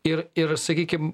ir ir sakykim